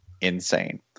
insane